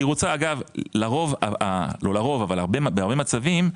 היא רוצה בהרבה מצבים,